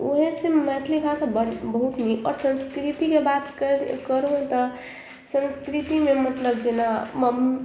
ओहेसे मैथिली भाषा बड़ बहुत नीक आओर संस्कृतिके बात करू तऽ संस्कृतिमे मतलब जेना